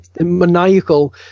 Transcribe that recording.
maniacal